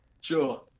Sure